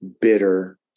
bitter